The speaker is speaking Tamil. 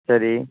சரி